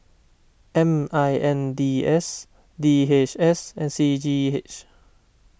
M I N D S D H S and C G H